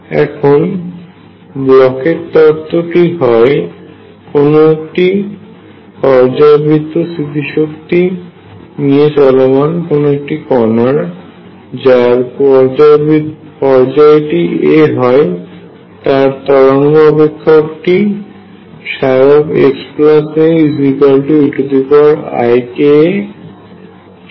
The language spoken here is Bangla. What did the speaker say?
এখন ব্লকের তত্ত্বBlochs theorem টি হয় কোন একটি পর্যায়বৃত্ত স্থিতিশক্তি নিয়ে চলমান কোন একটি কণার যার পর্যায়টি a হয় তার তরঙ্গ অপেক্ষকটি xaeikaψ হয়